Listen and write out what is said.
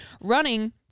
running